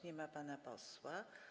Nie ma pana posła.